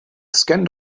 scanne